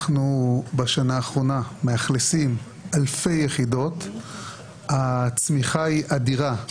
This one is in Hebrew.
ובשנה האחרונה אנחנו מאכלסים אלפי יחידות והצמיחה היא אדירה,